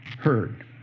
heard